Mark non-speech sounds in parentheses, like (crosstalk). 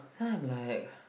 then I'm like (breath)